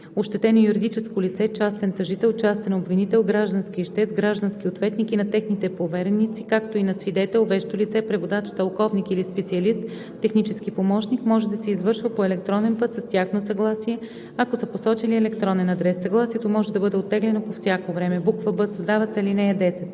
ощетено юридическо лице, частен тъжител, частен обвинител, граждански ищец, граждански ответник и на техните повереници, както и на свидетел, вещо лице, преводач, тълковник или специалист – технически помощник, може да се извършва по електронен път с тяхно съгласие, ако са посочили електронен адрес. Съгласието може да бъде оттеглено по всяко време.“; б) създава се ал. 10: